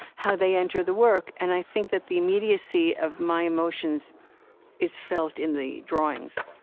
how they enter the work. and i think that the immediacy of my emotions is felt in the drawings